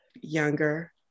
younger